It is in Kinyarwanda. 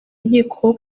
nkiko